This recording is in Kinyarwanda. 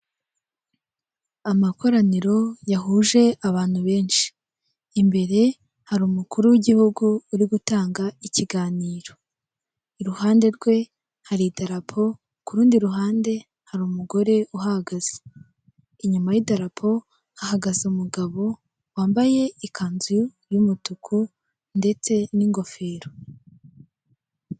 Amakoraniro yahuje abantu benshi imbere hari umukuru w'igihugu uri gutanga ikiganiro, iruhande rwe hari idarapo ku rundi ruhande hari umugore uhagaze, inyuma y'idarapo hagaze umugabo wambaye ikanzu y'umutuku ndetse n'ingofero.